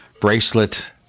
bracelet